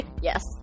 yes